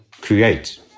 create